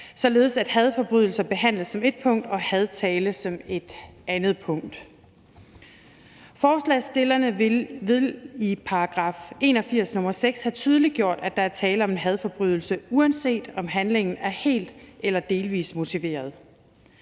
således at hadforbrydelser behandles som ét punkt og hadtale som et andet punkt. Forslagsstillerne vil i § 81, nr. 6, have tydeliggjort, at der er tale om en hadforbrydelse, uanset om handlingen er helt eller delvis motiveret